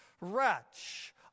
wretch